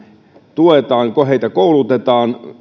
tuetaan heitä koulutetaan